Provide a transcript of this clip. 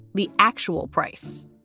the actual price?